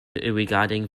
regarding